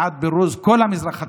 בעד פירוז כל המזרח התיכון,